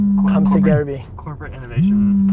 come see gary vee. corporate innovation